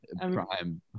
prime